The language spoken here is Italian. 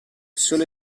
sole